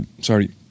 Sorry